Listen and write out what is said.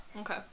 Okay